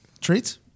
Treats